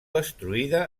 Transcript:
destruïda